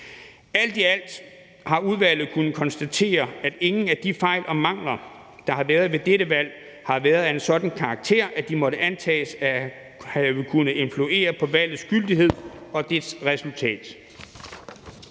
Alt i alt har udvalget kunnet konstatere, at ingen af de fejl og mangler, der har været ved dette valg, har været af en sådan karakter, at de må antages at have kunnet influere på valgets gyldighed eller dets resultat.